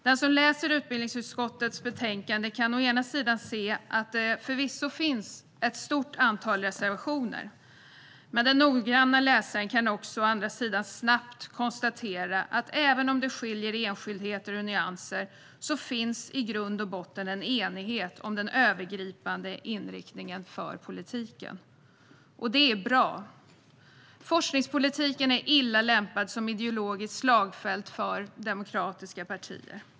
Den som läser utbildningsutskottets betänkande kan å ena sedan se att det förvisso finns ett stort antal reservationer. Men den noggranna läsaren kan å andra sidan snabbt konstatera att det, även om det skiljer i enskildheter och nyanser, i grund och botten finns en enighet om den övergripande inriktningen för politiken. Det är bra. Forskningspolitiken är illa lämpad som ideologiskt slagfält för demokratiska partier.